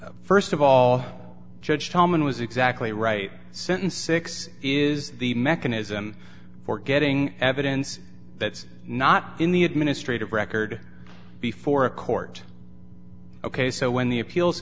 first of all judge hellmann was exactly right sentence six is the mechanism for getting evidence that's not in the administrative record before a court ok so when the appeals